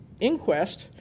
inquest